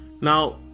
Now